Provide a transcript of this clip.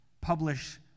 publish